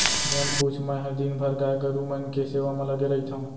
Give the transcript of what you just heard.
झन पूछ मैंहर दिन भर गाय गरू मन के सेवा म लगे रइथँव